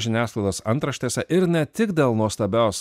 žiniasklaidos antraštėse ir ne tik dėl nuostabios